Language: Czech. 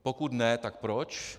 Pokud ne, tak proč.